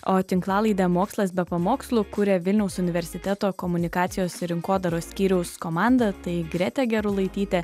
o tinklalaidę mokslas be pamokslų kuria vilniaus universiteto komunikacijos ir rinkodaros skyriaus komanda tai grėtė gerulaitytė